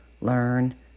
learn